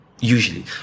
Usually